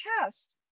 chest